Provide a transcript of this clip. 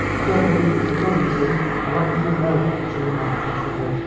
i don't believe it's a-goin' to i'll let you know, she remarked acidly.